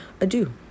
adieu